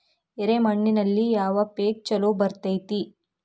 ಎರೆ ಮಣ್ಣಿನಲ್ಲಿ ಯಾವ ಪೇಕ್ ಛಲೋ ಬರತೈತ್ರಿ?